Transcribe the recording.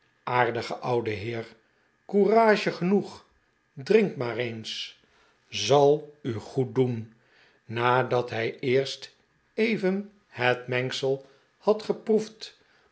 aardige oude heer courage genoeg drink maar eens zal u goed doen nadat hij eerst even het een legerrevue mengsel had geproefd